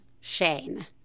Shane